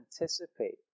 anticipate